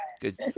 Good